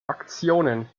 aktionen